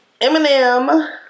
Eminem